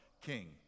King